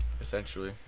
Essentially